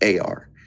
ar